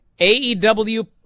AEW